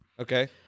okay